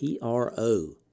PRO